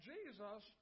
Jesus